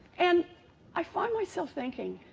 and i find myself thinking,